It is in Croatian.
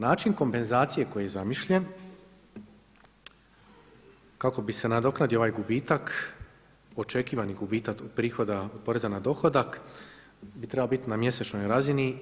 Način kompenzacije koji je zamišljen kako bi se nadoknadio ovaj gubitak, očekivani gubitak od prihoda od poreza na dohodak bi trebao biti na mjesečnoj razini.